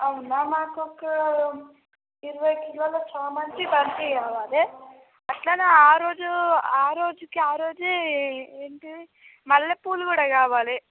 అవునా మాకు ఒక ఇరవై కిలోలు చామంతి బంతి కావాలి అలానే ఆరోజు ఆరోజుకే ఆరోజే ఏంటి మల్లెపూలు కూడా కావాలి